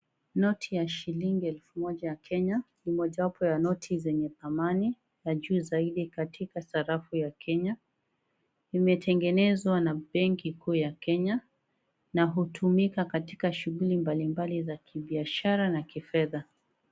Noti ya shilingi elfu moja ya Kenya ni moja wapo ya noti zenye thamani ya juu zaidi katika sarafu ya Kenya. Imetengenezwa na benki kuu ya Kenya na hutumika katika shughuli mbalimbali za kibiashara na kifedha.